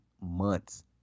months